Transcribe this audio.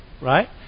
Right